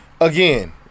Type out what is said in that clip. Again